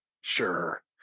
Sure